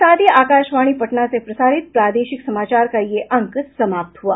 इसके साथ ही आकाशवाणी पटना से प्रसारित प्रादेशिक समाचार का ये अंक समाप्त हुआ